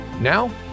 Now